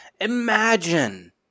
Imagine